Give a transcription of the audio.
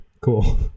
Cool